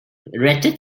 richard